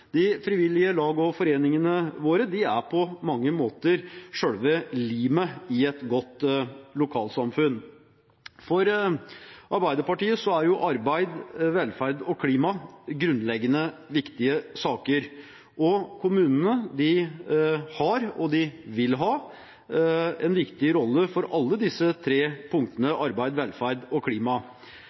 De frivillige lagene og foreningene våre er på mange måter selve limet i et godt lokalsamfunn. For Arbeiderpartiet er arbeid, velferd og klima grunnleggende viktige saker. Kommunene har – og vil ha – en viktig rolle for alle disse tre punktene – arbeid, velferd og klima.